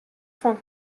fan